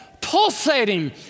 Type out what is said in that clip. pulsating